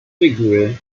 figure